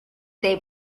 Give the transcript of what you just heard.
they